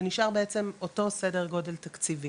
ונשאר בעצם אותו סדר גודל תקציבי